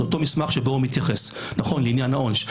זה אותו מסמך שבו הוא מתייחס לעניין העונש.